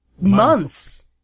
months